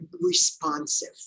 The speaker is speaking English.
responsive